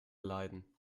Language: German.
leiden